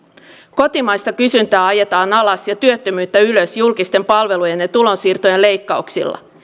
kotimaista kysyntää ajetaan alas ja työttömyyttä ylös julkisten palvelujen ja tulonsiirtojen leikkauksilla